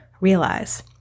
realize